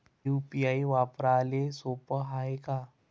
UPI वापराले सोप हाय का?